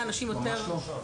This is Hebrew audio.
אנשים אולי יותר --- ממש לא.